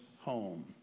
home